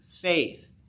faith